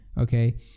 Okay